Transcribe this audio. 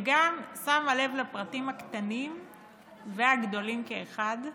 ואת גם שמה לב לפרטים הקטנים והגדולים כאחד,